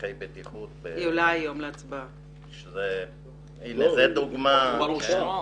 למפקחי בטיחות בעבודה זו דוגמה --- היא כבר אושרה.